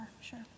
sure